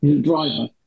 driver